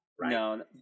No